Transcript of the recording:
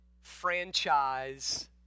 franchise